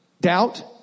Doubt